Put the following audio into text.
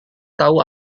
tahu